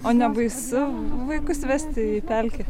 o nebaisu vaikus vesti į pelkę